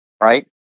right